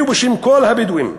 בשמי ובשם כל הבדואים,